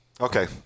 okay